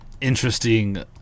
interesting